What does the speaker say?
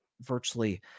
virtually